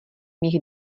mých